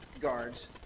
guards